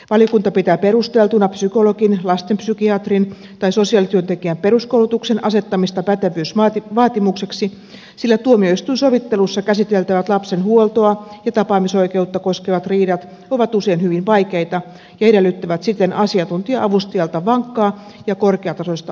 valiokunta pitää perusteltuna psykologin lastenpsykiatrin tai sosiaalityöntekijän peruskoulutuksen asettamista pätevyysvaatimukseksi sillä tuomioistuinsovittelussa käsiteltävät lapsen huoltoa ja tapaamisoikeutta koskevat riidat ovat usein hyvin vaikeita ja edellyttävät siten asiantuntija avustajalta vankkaa ja korkeatasoista ammattitaitoa